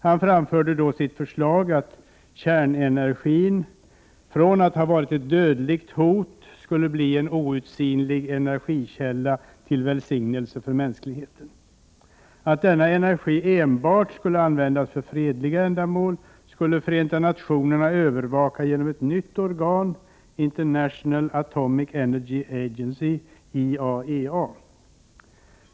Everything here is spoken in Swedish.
Han framförde sitt förslag att kärnenergin från att ha varit ett dödligt hot skulle bli en outsinlig energikälla, till välsignelse för mänskligheten. Att denna energi enbart skulle användas för fredliga ändamål skulle FN övervaka genom ett nytt organ, International Atomic Energy Agency .